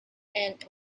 and